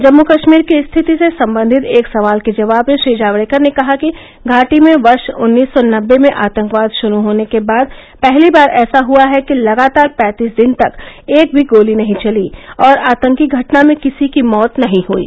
जम्मू कष्मीर की स्थिति से सम्बन्धित एक सवाल के जवाब में श्री जावडेकर ने कहा कि घाटी में वर्श उन्नीस सौ नब्बे में आतंकवाद षुरू होने के बाद पहली बार ऐसा हआ है कि लगातार पैंतीस दिन तक एक भी गोली नहीं चली और आतंकी घटना में किसी की मौत नही हयी